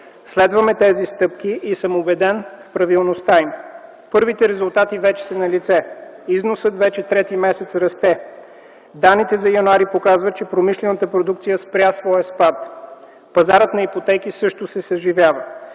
Следваме тези стъпки и съм убеден в правилността им. Първите резултати вече са налице. Износът вече трети месец расте. Данните за януари показват, че промишлената продукция спря своя спад. Пазарът на ипотеки също се съживява.